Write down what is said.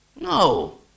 No